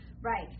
Right